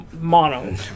mono